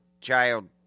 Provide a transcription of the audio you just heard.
child